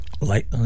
light